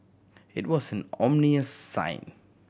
it was an ominous sign